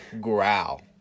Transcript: growl